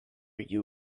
you